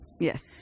Yes